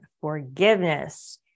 forgiveness